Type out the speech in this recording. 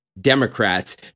democrats